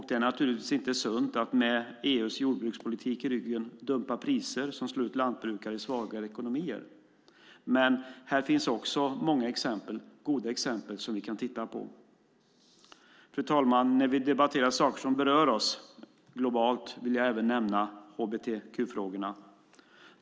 Det är inte sunt att med EU:s jordbrukspolitik i ryggen dumpa priser som slår ut lantbrukare i svagare ekonomier. Men här finns också goda exempel som vi kan titta på. Fru talman! När vi debatterar saker som berör oss vill jag även nämna hbtq-frågorna.